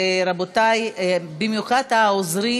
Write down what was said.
רבותי, במיוחד העוזרים